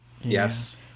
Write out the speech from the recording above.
Yes